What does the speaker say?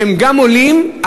שגם אצלם המחירים עולים,